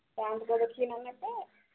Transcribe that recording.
ଦାମ୍ ବୁଝି କିନା ନେବେ